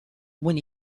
when